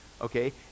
okay